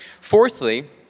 Fourthly